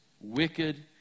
wicked